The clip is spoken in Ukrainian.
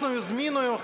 одночасною зміною